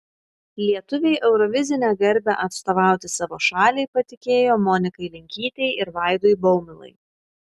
lietuviai eurovizinę garbę atstovauti savo šaliai patikėjo monikai linkytei ir vaidui baumilai